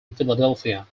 philadelphia